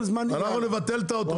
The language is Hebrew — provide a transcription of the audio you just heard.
אנחנו נבטל את האוטומט.